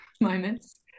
moments